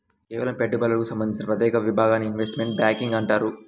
కేవలం పెట్టుబడులకు సంబంధించిన ప్రత్యేక విభాగాన్ని ఇన్వెస్ట్మెంట్ బ్యేంకింగ్ అంటారు